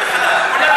תומך